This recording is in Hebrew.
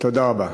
תודה רבה.